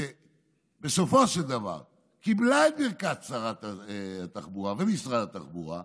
שבסופו של דבר קיבלה את ברכת שרת התחבורה ומשרד התחבורה,